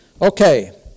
Okay